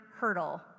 hurdle